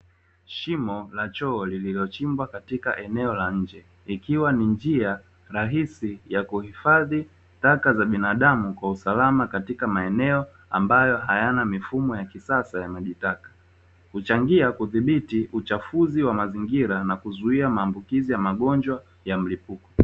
Shimo la choo lililochimbwa katika eneo la nje ikiwa ni njia rahisi ya kuhifadhi taka za binadamu kwa usalama katika maeneo ambayo hayana mifumo ya kisasa ya maji taka, husaidia kudhibiti uchafudhi wa mazingira na kuzuia maambukizi ya magonjwa ya mlipuko.